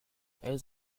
elles